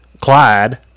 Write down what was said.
Clyde